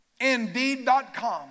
Indeed.com